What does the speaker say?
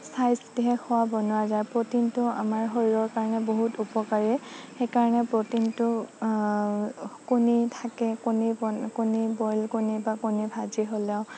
চাই চিতিহে খোৱা বনোৱা যায় প্ৰটিনটো আমাৰ শৰীৰৰ কাৰণে বহুত উপকাৰী সেইকাৰণে প্ৰটিনটো কণী থাকে কণী কণী বইল কণী বা কণী ভাজি হ'লেও